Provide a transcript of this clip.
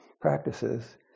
practices